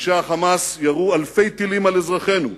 אנשי ה"חמאס" ירו אלפי טילים על אזרחינו,